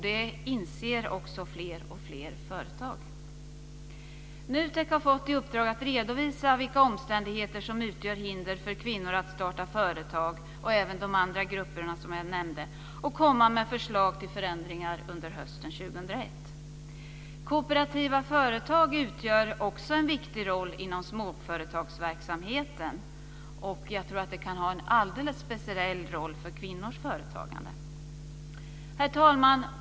Det inser också fler och fler företag. NUTEK har fått i uppdrag att redovisa vilka omständigheter som utgör hinder för kvinnor - och även de andra grupperna som jag nämnde - att starta företag. Man ska komma med förslag till förändringar under hösten 2001. Kooperativa företag utgör också en viktig roll inom småföretagsverksamheten. Jag tror att de kan ha en alldeles speciell roll för kvinnors företagande. Herr talman!